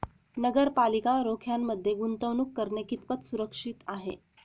नगरपालिका रोख्यांमध्ये गुंतवणूक करणे कितपत सुरक्षित आहे?